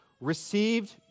received